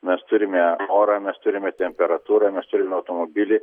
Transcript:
mes turime orą mes turime temperatūrą mes turime automobilį